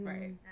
Right